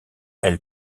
elle